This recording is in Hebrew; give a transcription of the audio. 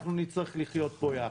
אנחנו נצטרך לחיות פה יחד.